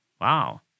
Wow